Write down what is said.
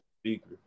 speaker